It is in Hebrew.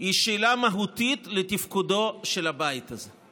היא שאלה מהותית לתפקודו של הבית הזה,